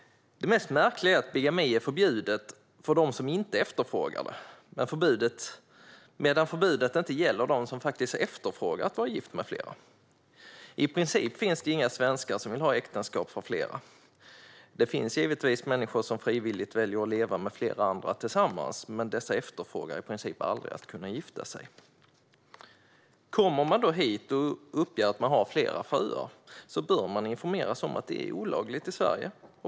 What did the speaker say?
Det märkligaste är att bigami är förbjudet för dem som inte efterfrågar det, medan förbudet inte gäller för dem som faktiskt efterfrågar att vara gifta med flera. I princip finns det inga svenskar som vill ha äktenskap för flera. Det finns givetvis människor som frivilligt väljer att leva tillsammans med flera andra, men dessa personer efterfrågar i princip aldrig att kunna gifta sig. Kommer man hit och uppger att man har flera fruar bör man informeras om att detta är olagligt i Sverige.